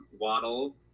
Waddle